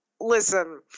listen